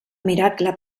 miracle